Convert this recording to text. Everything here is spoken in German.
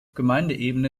gemeindeebene